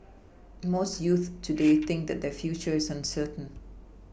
most youths today think that their future is uncertain